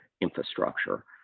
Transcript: infrastructure